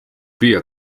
püüa